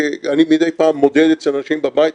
אני מדיי פעם מודד אצל אנשים בבית,